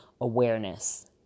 awareness